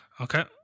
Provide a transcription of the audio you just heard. okay